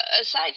aside